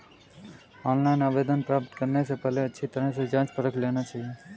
online आवेदन प्राप्त करने से पहले अच्छी तरह से जांच परख लेना चाहिए